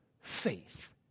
faith